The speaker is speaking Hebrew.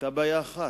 היתה בעיה אחת,